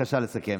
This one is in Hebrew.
בבקשה לסכם.